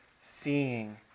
seeing